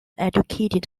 educated